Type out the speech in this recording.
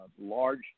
large